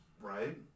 right